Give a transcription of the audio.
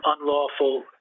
unlawful